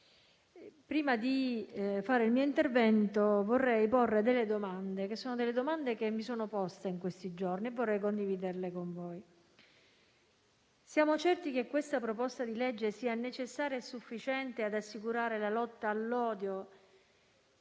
prima di fare il mio intervento vorrei formulare delle domande che mi sono posta in questi giorni e che vorrei condividere con voi. Siamo certi che questa proposta di legge sia necessaria e sufficiente ad assicurare la lotta all'odio